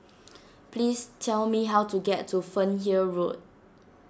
please tell me how to get to Fernhill Road